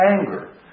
anger